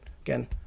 Again